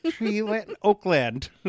Oakland